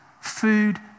food